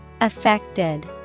Affected